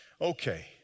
Okay